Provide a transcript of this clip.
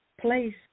place